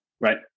right